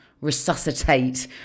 resuscitate